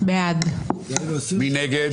מי נגד?